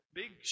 big